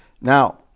Now